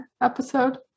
episode